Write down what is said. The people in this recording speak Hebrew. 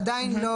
'עדיין לא',